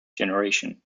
generation